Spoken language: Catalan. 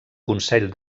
consell